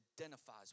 identifies